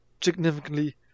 significantly